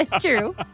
True